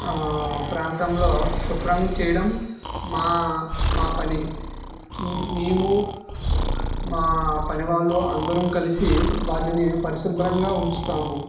ప్రాంతంలో శుభ్రం చేయడం మా మా పని మేము మా పనివాళ్ళు అందరం కలిసి వాటిని పరిశుభ్రంగా ఉంచుతాము